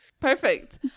Perfect